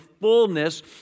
fullness